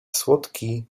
słodki